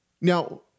Now